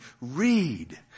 Read